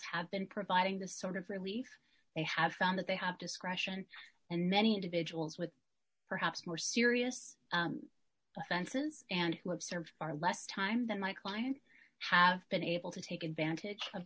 have been providing the sort of relief they have found that they have discretion and many individuals with perhaps more serious offenses and who have served are less time than my client have been able to take advantage of